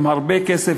עם הרבה כסף,